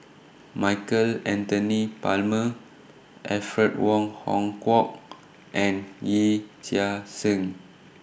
Michael Anthony Palmer Alfred Wong Hong Kwok and Yee Chia Hsing